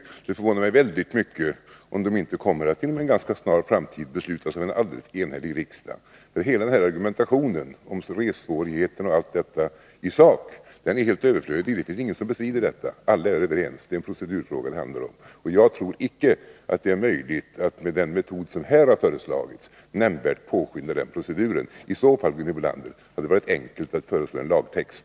Det skulle förvåna mig väldigt mycket om saken inte inom en ganska snar framtid kommer att beslutas av en enhällig riksdag. Hela argumentationen om ressvårigheten osv. är i sak helt överflödig. Ingen bestrider detta, alla är överens. Det handlar här om en procedurfråga. Jag tror icke att det är möjligt att med den metod som här föreslås nämnvärt påskynda den proceduren. I så fall, Gunhild Bolander, hade det varit enkelt att föreslå en lagtext.